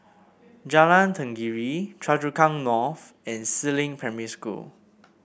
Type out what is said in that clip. Jalan Tenggiri Choa Chu Kang North and Si Ling Primary School